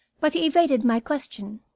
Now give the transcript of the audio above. but he evaded my question.